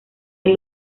del